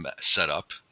setup